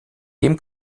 dem